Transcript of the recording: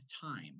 time